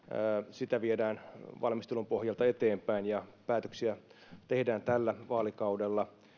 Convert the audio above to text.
sitä viedään valmistelun pohjalta eteenpäin ja päätöksiä tehdään tällä vaalikaudella